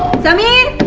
sameer.